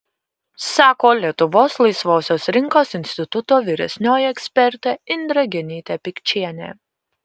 sako lietuvos laisvosios rinkos instituto vyresnioji ekspertė indrė genytė pikčienė